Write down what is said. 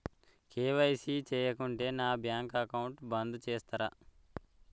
KYC చేయకుంటే నా bank account బంద్ చేస్తరా?